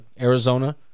Arizona